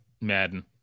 Madden